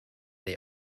they